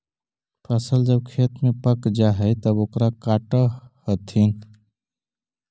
फसल जब खेत में पक जा हइ तब ओकरा काटऽ हथिन